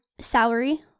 salary